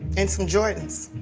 in some jordans.